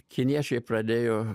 kiniečiai pradėjo